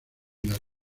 las